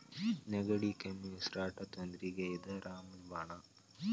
ನೆಗಡಿ, ಕೆಮ್ಮು, ಉಸಿರಾಟದ ತೊಂದ್ರಿಗೆ ಇದ ರಾಮ ಬಾಣ